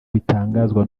bitangazwa